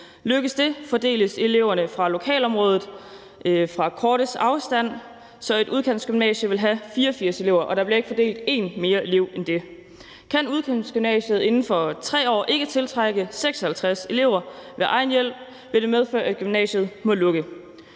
Lykkes det, fordeles eleverne fra lokalområdet med kortest afstand, så et udkantsgymnasie vil have 84 elever, og der bliver ikke fordelt én elev mere end det. Kan udkantsgymnasiet inden for 3 år ikke tiltrække 56 elever ved egen hjælp, vil det medføre, at gymnasiet må lukke.